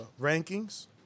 rankings